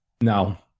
Now